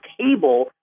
table